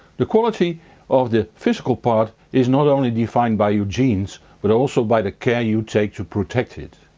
the quality of the physical part is not only defined by your genes but also by the care you take to protect it.